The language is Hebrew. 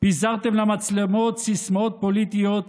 פיזרתם למצלמות סיסמאות פוליטיות,